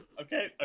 okay